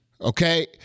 okay